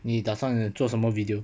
你打算做什么 video